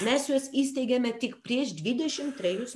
mes juos įsteigėme tik prieš dvidešim trejus